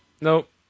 nope